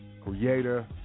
Creator